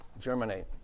germinate